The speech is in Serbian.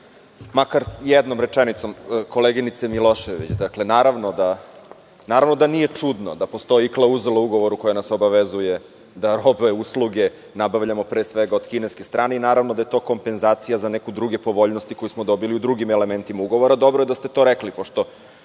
makar jednom rečenicom, koleginice Milošević, naravno da nije čudno da postoji klauzula u ugovoru koji nas obavezuje da robe usluge nabavljamo, pre svega, od kineske strane i naravno da je to kompenzacija za neke druge povoljnosti koje smo dobili u drugim elementima ugovora. Dobro je da ste to rekli pošto